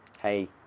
hey